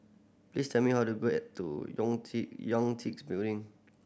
please tell me how to go at to Building